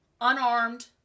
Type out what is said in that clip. unarmed